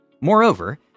Moreover